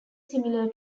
similar